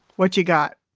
what you got?